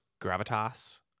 gravitas